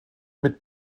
mit